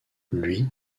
lui